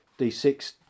D6